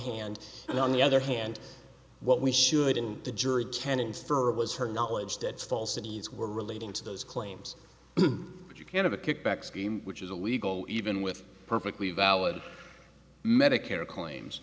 hand and on the other hand what we should and the jury can infer was her knowledge that falsities were relating to those claims but you can't have a kickback scheme which is illegal even with perfectly valid medicare claims